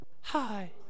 Hi